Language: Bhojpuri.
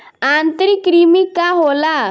आंतरिक कृमि का होला?